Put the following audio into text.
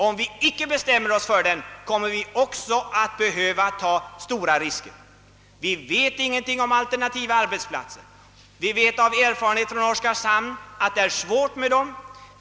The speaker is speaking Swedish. Om vi icke bestämmer oss för den, kommer vi också att ta risker. Vi vet ingenting om alternativa arbetsplatser, men erfarenheterna från Oskarshamn visar att det kan föreligga stora svårigheter.